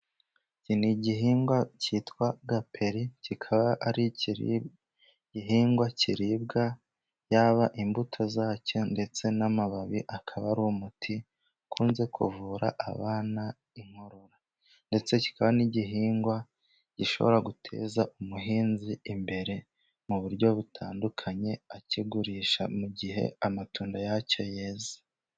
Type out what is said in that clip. Iki ni igihingwa cyitwa gaperi kikaba ari igihingwa kiribwa, yaba imbuto zacyo ndetse n'amababi akaba ari umuti ukunze kuvura abana inkorora, ndetse kikaba Ari n'igihingwa gishobora guteza umuhinzi imbere mu buryo butandukanye akigurisha mu gihe amatunda yacyo yeze.